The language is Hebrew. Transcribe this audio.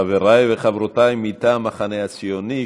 חבריי וחברותיי מטעם המחנה הציוני,